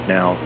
Now